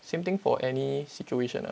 same thing for any situation ah